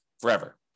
forever